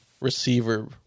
receiver